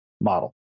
model